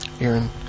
Aaron